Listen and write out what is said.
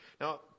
Now